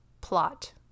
plot